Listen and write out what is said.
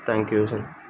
thank you sir